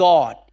God